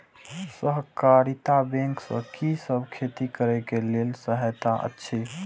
सहकारिता बैंक से कि सब खेती करे के लेल सहायता अछि?